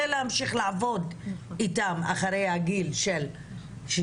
מאוד להמשיך לעבוד בהם אחרי גיל 60,